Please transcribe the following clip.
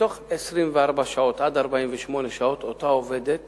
בתוך 24 שעות, 48 שעות, אותה עובדת